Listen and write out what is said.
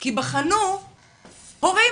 כי בחנו הורים,